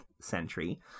century